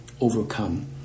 overcome